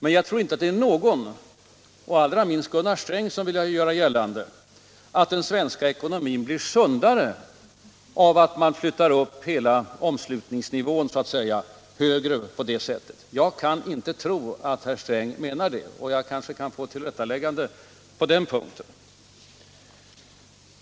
Men jag tror inte det är någon — allra minst Gunnar Sträng — som vill göra gällande att den svenska ekonomin blir sundare av att man så att säga flyttar upp hela omslutningsnivån på det sättet. Jag kan inte tro att herr Sträng menar det. Jag kan kanske få ett klarläggande på den punkten.